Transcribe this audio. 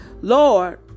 Lord